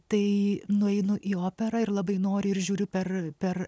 tai nueinu į operą ir labai noriu ir žiūriu per per